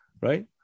right